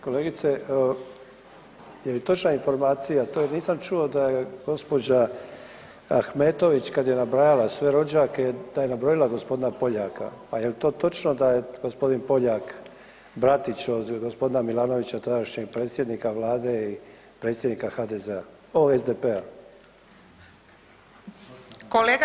Kolegice je li točna informacija, to je nisam čuo da je gospođa Ahmetović kada je nabrajala sve rođake da je nabrojala gospodina Poljaka, pa je li to točno da je gospodin Poljak bratić od gospodina Milanovića tadašnjeg predsjednika Vlade i predsjednika SDP-a?